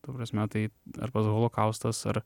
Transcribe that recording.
ta prasme tai ar pats holokaustas ar